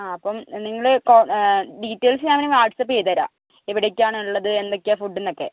ആ അപ്പം നിങ്ങൾ ഡീറ്റേയ്ൽസ് ഞാൻ വാട്സഅപ്പ് ചെയ്ത് തരാം എവിടേക്കാണുള്ളത് എന്തൊക്കെയാ ഫുഡ്ഡെന്നൊക്കെ